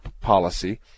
policy